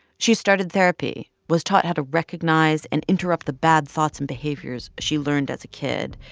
she started therapy, was taught how to recognize and interrupt the bad thoughts and behaviors she learned as a kid.